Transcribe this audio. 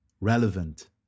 relevant